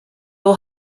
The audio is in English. will